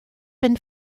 been